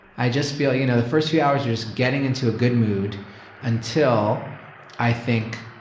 i just feel you know the first few hours are just getting into a good mood until i think,